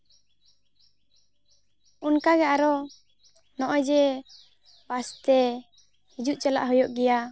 ᱚᱱᱠᱟ ᱜᱮ ᱟᱨᱚ ᱱᱚᱜᱼᱚᱭ ᱡᱮ ᱵᱟᱥᱛᱚ ᱦᱤᱡᱩᱜ ᱪᱟᱞᱟᱜ ᱦᱩᱭᱩᱜ ᱜᱮᱭᱟ